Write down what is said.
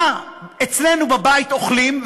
מה אצלנו בבית אוכלים,